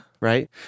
Right